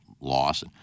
loss